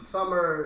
Summer